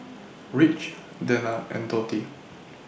Rich Dena and Dotty